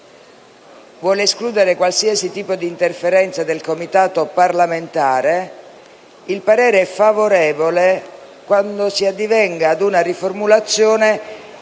vuole escludere qualsiasi tipo di interferenza del Comitato parlamentare, il parere è favorevole, ove si addivenga ad una riformulazione